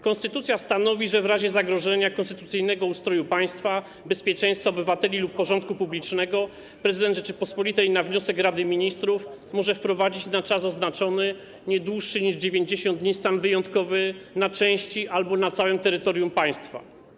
Konstytucja stanowi, że w razie zagrożenia konstytucyjnego ustroju państwa, bezpieczeństwa obywateli lub porządku publicznego prezydent Rzeczypospolitej na wniosek Rady Ministrów może wprowadzić na czas oznaczony, nie dłuższy niż 90 dni, stan wyjątkowy na części albo na całym terytorium państwa.